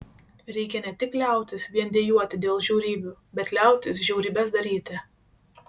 reikia ne tik liautis vien dejuoti dėl žiaurybių bet liautis žiaurybes daryti